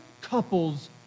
couples